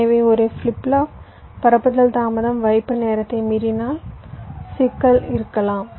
எனவே ஒரு flip flop பரப்புதல் தாமதம் வைப்பு நேரத்தை மீறினால் சிக்கல் இருக்கலாம்